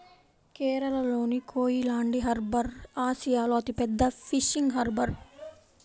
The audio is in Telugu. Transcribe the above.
కేరళలోని కోయిలాండి హార్బర్ ఆసియాలో అతిపెద్ద ఫిషింగ్ హార్బర్